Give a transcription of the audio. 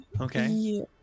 okay